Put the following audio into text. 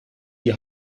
die